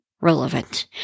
relevant